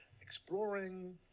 exploring